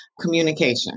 communication